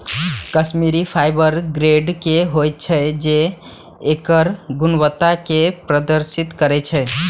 Kashmiri fibre विभिन्न grade के होइ छै, जे एकर गुणवत्ता कें प्रदर्शित करै छै